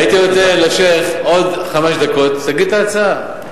הייתי נותן לשיח' עוד חמש דקות, שיגיד את ההצעה.